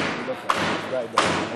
אני חייב, אני חייב.